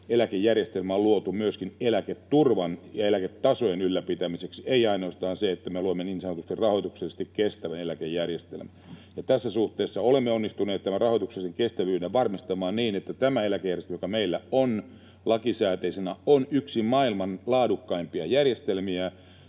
eläkejärjestelmä on luotu myöskin eläketurvan ja eläketasojen ylläpitämiseksi, ei ainoastaan siksi, että me luomme niin sanotusti rahoituksellisesti kestävän eläkejärjestelmän. Tässä suhteessa olemme onnistuneet tämän rahoituksellisen kestävyyden varmistamaan niin, että tämä eläkejärjestelmä, joka meillä on lakisääteisenä, on yksi maailman laadukkaimpia järjestelmiä